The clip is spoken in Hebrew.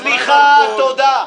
סליחה, תודה.